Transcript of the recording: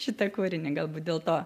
šitą kūrinį galbūt dėl to